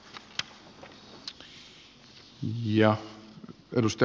herra puhemies